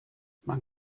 man